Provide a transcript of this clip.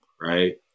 right